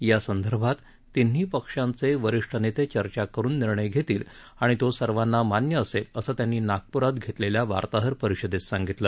यासंदर्भात तिन्ही पक्षाचे वरिष्ठ नेते चर्चा करून निर्णय घेतील आणि तो सर्वाना मान्य असेल असं त्यांनी नागप्रात घेतलेल्या वार्ताहर परिषदेत सांगितलं